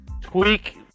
tweak